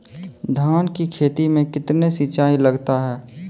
धान की खेती मे कितने सिंचाई लगता है?